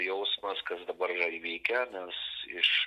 jausmas kas dabar yra įvykę nes iš